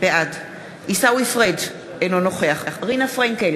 בעד עיסאווי פריג' אינו נוכח רינה פרנקל,